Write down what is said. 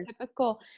typical